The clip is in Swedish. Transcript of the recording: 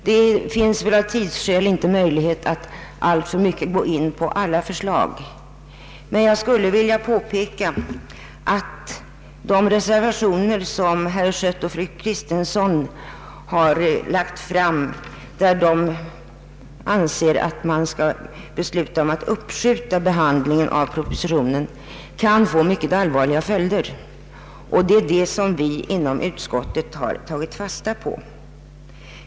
Det finns av tidsskäl inte möjlighet att alltför mycket gå in på alla förslag, men jag skulle vilja påpeka att de reservationer som herr Schött och fru Kristensson fogat vid utlåtandet, i vilka de yrkar att man skall besluta uppskjuta behandlingen av propositionen, kan få mycket allvarliga följder. Det har vi inom utskottet tagit fasta på.